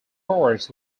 pores